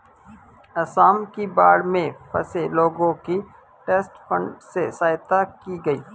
आसाम की बाढ़ में फंसे लोगों की ट्रस्ट फंड से सहायता की गई